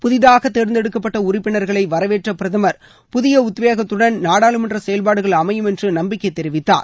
புதிதாக தேர்ந்தெடுக்கப்பட்ட உறுப்பினர்களை வரவேற்ற பிரதமர் புதிய உத்வேகத்துடன் நாடாளுமன்ற செயல்பாடுகள் அமையும் என்று நம்பிக்கை தெரிவித்தார்